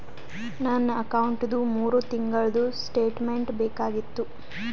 ನನ್ನ ಅಕೌಂಟ್ದು ಮೂರು ತಿಂಗಳದು ಸ್ಟೇಟ್ಮೆಂಟ್ ಬೇಕಾಗಿತ್ತು?